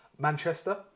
Manchester